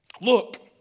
Look